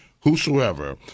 whosoever